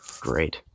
Great